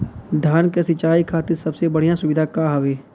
धान क सिंचाई खातिर सबसे बढ़ियां सुविधा का हवे?